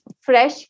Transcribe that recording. fresh